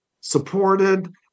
supported